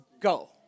Go